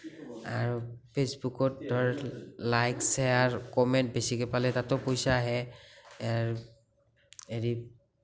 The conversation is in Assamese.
আৰু ফেচবুকত ধৰ লাইক শ্বেয়াৰ কমেণ্ট বেছিকে পালে তাতো পইচা আহে হেৰি